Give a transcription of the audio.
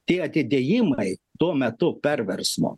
tie atidėjimai tuo metu perversmo